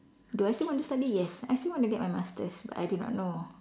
do I still want to study yes I still want to get my masters but I do not know